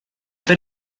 per